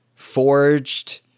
forged